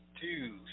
Two